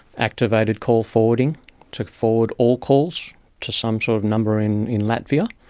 activated call forwarding to forward all calls to some sort of number in in latvia,